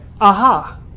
aha